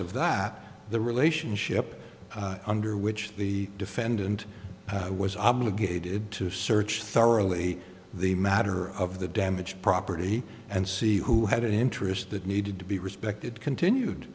of that the relationship under which the defendant was obligated to search thoroughly the matter of the damaged property and see who had an interest that needed to be respected continued